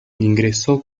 ingresó